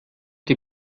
die